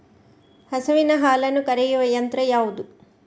ಹಸುವಿನ ಹಾಲನ್ನು ಕರೆಯುವ ಯಂತ್ರ ಯಾವುದು?